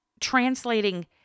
translating